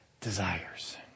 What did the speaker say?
desires